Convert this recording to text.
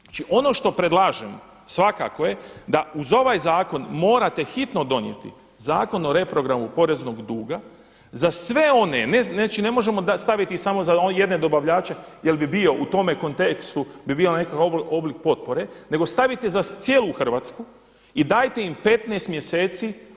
Znači ono što predlažemo svakako je da uz ovaj zakon morate hitno donijeti Zakon o reprogramu poreznog duga za sve one, znači ne možemo staviti samo za jedne dobavljače jel bi bio u tome kontekstu bi bio nekakav oblik potpore nego staviti za cijelu Hrvatsku i dajete im 15 mjeseci.